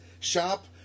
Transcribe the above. Shop